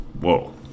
Whoa